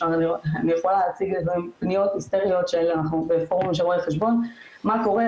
אני יכולה להציג פניות היסטריות בפורומים של רואי חשבון 'מה קורה,